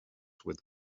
with